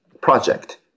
project